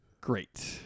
Great